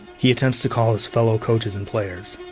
he attempts to call his fellow coaches and players.